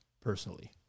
personally